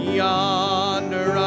yonder